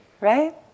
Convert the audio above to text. right